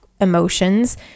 emotions